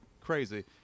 crazy